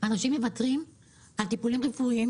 אנשים מוותרים על טיפולים רפואיים